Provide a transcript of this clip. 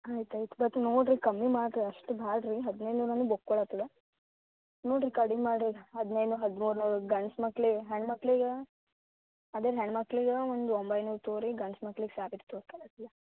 ಆಯ್ತು ಆಯ್ತು ಮತ್ತೆ ನೋಡಿರಿ ಕಮ್ಮಿ ಮಾಡಿರಿ ಅಷ್ಟು ಬ್ಯಾಡ್ರಿ ಹದಿನೈದು ನೂರು ಅಂದ್ರೆ ಒಪ್ಕೊಳ್ಳೊಕಿಲ್ಲ ನೋಡಿರಿ ಕಡಿಮೆ ಮಾಡಿರಿ ಹದಿನೈದು ನೂರು ಹದಿಮೂರು ನೂರು ಗಂಡ್ಸು ಮಕ್ಳಿಗೆ ಹೆಣ್ಣು ಮಕ್ಳಿಗಾ ಅದೇ ಹೆಣ್ನು ಮಕ್ಳಿಗೆ ಒಂದು ಒಂಬೈನೂರು ತಗೋ ರೀ ಗಂಡ್ಸು ಮಕ್ಳಿಗೆ ಸಾವಿರ ತಗೋಳ್ಳಿ ರೀ